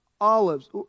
Olives